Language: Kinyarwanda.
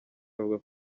bavuga